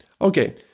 Okay